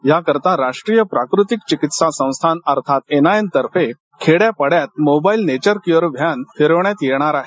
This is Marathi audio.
याकरता राष्ट्रीय प्राकृतिक चिकित्सा संस्थान अर्थात एनआयएन तर्फे खेड्यापाड्यात मोबाईल नेचर क्युअर व्हॅन फिरविण्यात येणार आहे